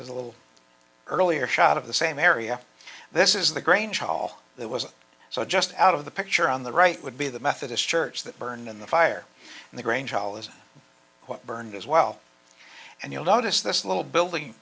is a little earlier shot of the same area this is the grange hall that was so just out of the picture on the right would be the methodist church that burned in the fire and the grange all is what burned as well and you'll notice this little building